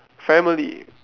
family